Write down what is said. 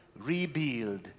rebuild